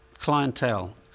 clientele